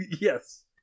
Yes